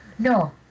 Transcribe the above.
No